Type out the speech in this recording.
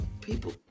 people